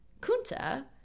Kunta